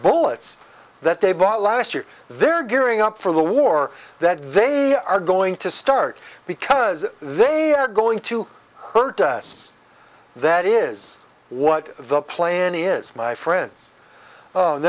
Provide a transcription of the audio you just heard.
bullets that they bought last year they're gearing up for the war that they are going to start because they are going to hurt us that is what the plan is my friend